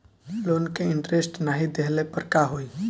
Loan के interest नाही देहले पर का होई?